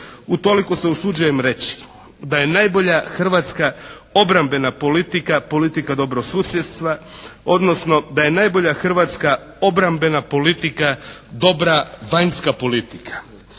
Utoliko se usuđujem reći da je najbolja hrvatska obrambena politika politika dobrog susjedstva, odnosno da je najbolja hrvatska obrambena politika dobra vanjska politika.